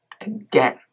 again